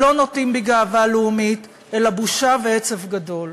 לא נוטעים בי גאווה לאומית אלא בושה ועצב גדול.